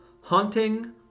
Haunting